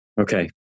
Okay